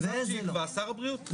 אז צריך שיקבע שר הבריאות.